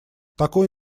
такой